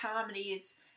comedies